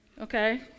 Okay